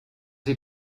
sie